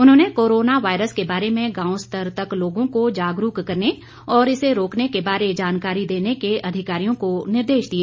उन्होंने corona virus के बारे में गांव स्तर तक लोगों को जागरूक करने और इसे रोकने के बारे जानकारी देने के अधिकारियों को निर्देश दिए